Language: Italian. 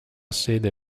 sede